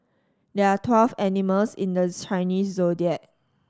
there are twelve animals in the Chinese Zodiac